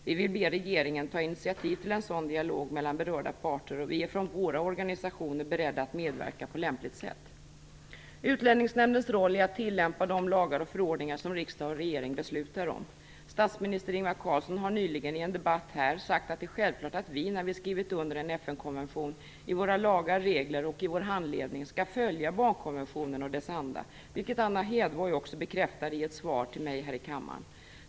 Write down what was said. Vi vill be regeringen ta initiativ till en sådan dialog mellan berörda parter, och vi är från våra organisationer beredda att medverka på lämpligt sätt". Utlänningsnämndens roll är att tillämpa de lagar och förordningar som riksdag och regering beslutar om. Statsminister Ingvar Carlsson har nyligen i en debatt här i kammaren sagt att det är självklart att vi, när vi skrivit under en FN-konvention, i våra lagar, regler och i vår handläggning skall följa barnkonventionen och dess anda, vilket Anna Hedborg också bekräftade i ett svar till mig här i kammaren.